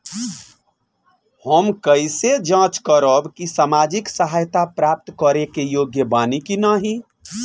हम कइसे जांच करब कि सामाजिक सहायता प्राप्त करे के योग्य बानी की नाहीं?